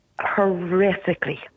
horrifically